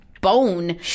bone